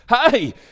hey